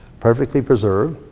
perfectly preserved.